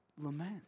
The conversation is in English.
lament